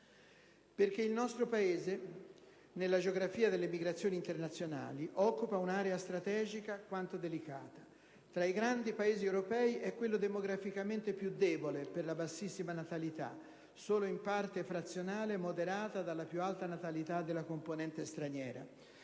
perché l'Italia, nella geografia delle migrazioni internazionali, occupa un'area strategica quanto delicata. Tra i grandi Paesi europei è quello demograficamente più debole per la bassissima natalità, solo in parte frazionale moderata dalla più alta (ma non altissima) natalità della componente straniera;